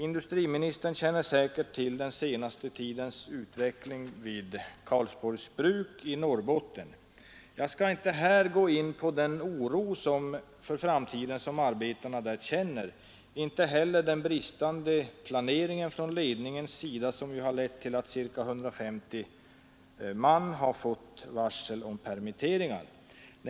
Industriministern känner säkert till den senaste tidens utveckling vid Karlsborgsbruk i Norrbotten. Jag skall inte här gå in på den oro för framtiden som arbetarna där känner, inte heller på den bristande planeringen från ledningens sida, som har lett till att ca 150 man har fått varsel om permittering.